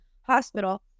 hospital